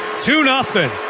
Two-nothing